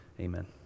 Amen